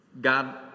God